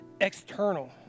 external